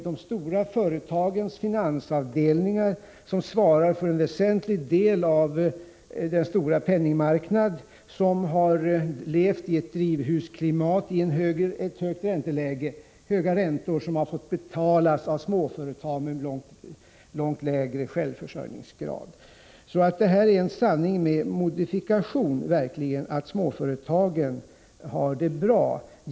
De stora företagens finansavdelningar svarar för en väsentlig del av den stora penningmarknad som har levt i ett drivhusklimat med höga räntor — och som har fått betalas av småföretag med mycket lägre självförsörjningsgrad. Det är alltså en sanning med modifikation att småföretagen har det bra.